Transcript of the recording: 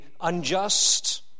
unjust